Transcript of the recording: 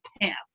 pants